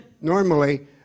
Normally